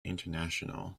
international